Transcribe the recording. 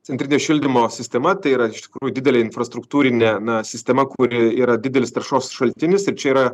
centrinio šildymo sistema tai yra iš tikrųjų didelė infrastruktūrinė sistema kuri yra didelis taršos šaltinis ir čia yra